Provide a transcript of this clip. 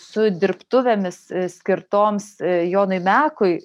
su dirbtuvėmis skirtoms jonui mekui